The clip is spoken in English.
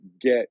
get